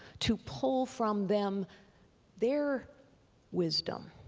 to pull from them their wisdom,